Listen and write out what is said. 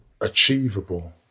achievable